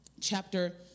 chapter